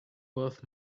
worth